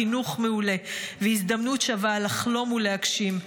חינוך מעולה והזדמנות שווה לחלום ולהגשים.